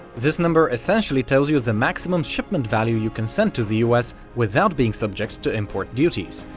this number essentially tells you the maximum shipment value you can send to the us without being subject to import duties,